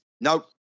no